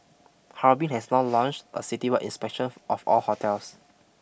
Harbin has now launched a citywide inspection of all hotels